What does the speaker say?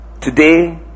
today